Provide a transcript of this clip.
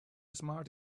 smart